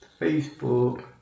Facebook